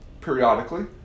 periodically